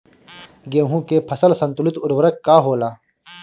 गेहूं के फसल संतुलित उर्वरक का होला?